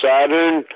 Saturn